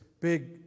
big